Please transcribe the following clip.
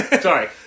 Sorry